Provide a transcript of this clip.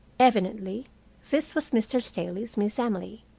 evidently this was mr. staley's miss emily.